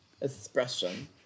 Expression